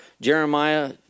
Jeremiah